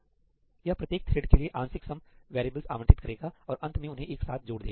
यह प्रत्येक थ्रेड के लिए आंशिक सम वैरियेबल्स आवंटित करेगा और अंत में उन्हें एक साथ जोड़ देगा